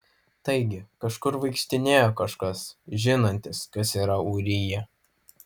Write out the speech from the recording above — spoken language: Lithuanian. taigi kažkur vaikštinėjo kažkas žinantis kas yra ūrija